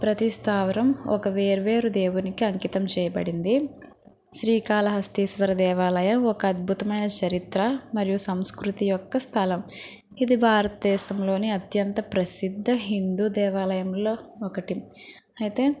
ప్రతి స్థావరం ఒక వేరు వేరు దేవునికి అంకితం చేయబడింది శ్రీకాళహస్తీశ్వర దేవాలయం ఒక అద్భుతమైన చరిత్ర మరియు సంస్కృతి యొక్క స్థలం ఇది భారతదేశంలో అత్యంత ప్రసిద్ధి హిందూ దేవాలయంలో ఒకటి అయితే